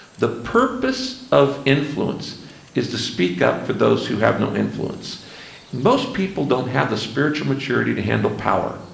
the purpose of influence is to speak up for those who have no influence most people don't have the spiritual maturity to handle power.